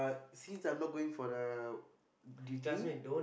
since I'm not going for the duty